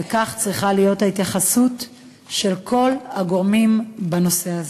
וכך צריכה להיות ההתייחסות של כל הגורמים בנושא הזה.